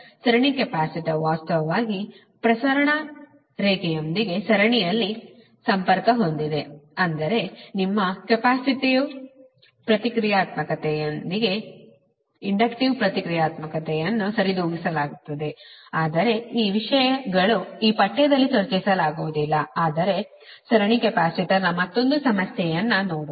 ಸರಣಿ ಕೆಪಾಸಿಟರ್ ವಾಸ್ತವವಾಗಿ ಇದು ಪ್ರಸರಣ ರೇಖೆಯೊಂದಿಗೆ ಸರಣಿಯಲ್ಲಿ ಸಂಪರ್ಕ ಹೊಂದಿದೆ ಅಂದರೆ ನಿಮ್ಮ ಕೆಪ್ಯಾಸಿಟಿವ್ ಪ್ರತಿಕ್ರಿಯಾತ್ಮಕತೆಯಿಂದ ಇಂಡಕ್ಟಿವ್ ಪ್ರತಿಕ್ರಿಯಾತ್ಮಕತೆಯನ್ನು ಸರಿದೂಗಿಸಲಾಗುತ್ತದೆ ಆದರೆ ಈ ವಿಷಯಗಳು ಈ ಪಠ್ಯದಲ್ಲಿ ಚರ್ಚಿಸಲಾಗುವುದಿಲ್ಲ ಆದರೆ ಸರಣಿ ಕೆಪಾಸಿಟರ್ನ ಮತ್ತೊಂದು ಸಮಸ್ಯೆಯನ್ನು ನೋಡೋಣ